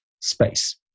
space